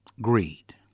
Greed